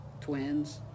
twins